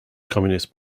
communist